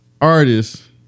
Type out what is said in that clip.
artists